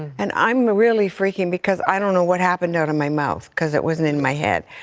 and i'm really freaking because i don't know what happened out of my mouth because it wasn't in my head.